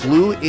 Flew